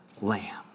lamb